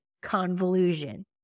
convolution